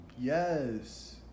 Yes